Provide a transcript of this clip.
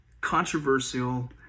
controversial